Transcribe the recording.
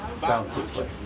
Bountifully